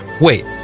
Wait